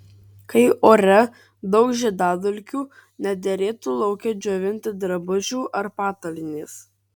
kai ore daug žiedadulkių nederėtų lauke džiovinti drabužių ar patalynės